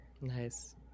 Nice